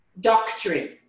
doctrine